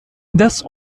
das